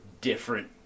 different